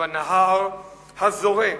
ובנהר הזורם